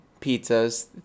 pizzas